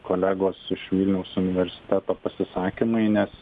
kolegos iš vilniaus universiteto pasisakymai nes